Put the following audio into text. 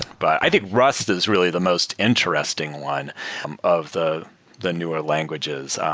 but i think rust is really the most interesting one of the the newer languages.